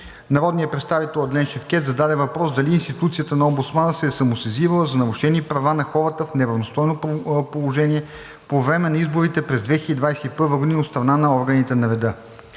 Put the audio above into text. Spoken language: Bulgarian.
Народният представител Адлен Шевкед зададе въпрос дали институцията на омбудсмана се е самосезирала за нарушени права на хората в неравностойно положение по време изборите през 2021 г. от страна на органите на реда.